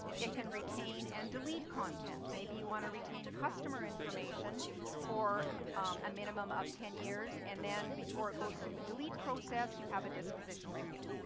it can retain and delete content. maybe you want to retain customer information for a minimum of ten years and then before it goes through the delete process you have a disposition review.